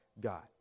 god